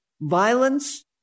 Violence